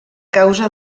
causa